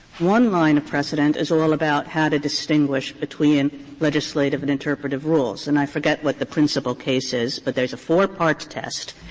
one line of precedent is all about how to distinguish between legislative and interpretative rules, and i forget what the principal case is but there is a four-part test,